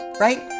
right